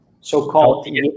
So-called